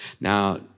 Now